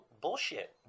bullshit